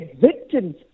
victims